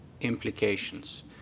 implications